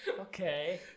Okay